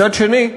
מצד שני,